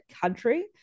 country